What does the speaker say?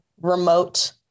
remote